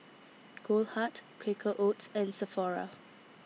Goldheart Quaker Oats and Sephora